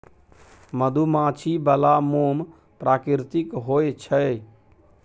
मधुमाछी बला मोम प्राकृतिक होए छै